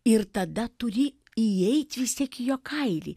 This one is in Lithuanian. ir tada turi įeiti vis tiek į jo kailį